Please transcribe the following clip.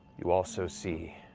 you also see,